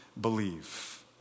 believe